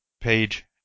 page